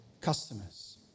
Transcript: customers